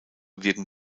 wirken